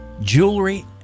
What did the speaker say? jewelry